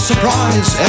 Surprise